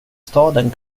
staden